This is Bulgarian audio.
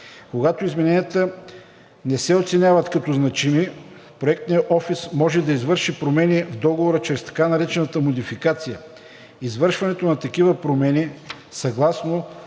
Когато измененията не се оценяват като значими, Проектният офис може да извърши промени в договора чрез така наречената модификация. Извършването на такива промени съгласно